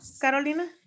Carolina